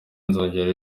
nzongera